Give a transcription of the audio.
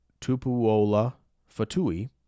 Tupuola-Fatui